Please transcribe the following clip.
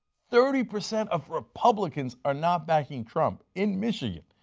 thirty percent of republicans are not backing trump in michigan.